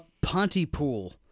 Pontypool